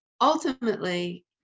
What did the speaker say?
ultimately